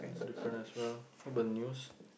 it's different as well how about the